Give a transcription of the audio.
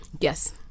Yes